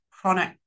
chronic